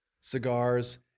cigars